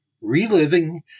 Reliving